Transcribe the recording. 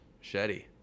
Machete